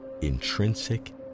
intrinsic